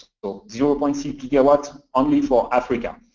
so zero point six gigawatts only for africa.